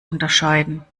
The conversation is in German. unterscheiden